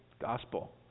Gospel